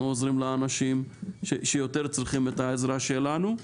עוזרים לאנשים שיותר צריכים את העזרה שלנו.